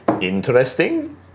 interesting